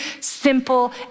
simple